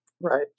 Right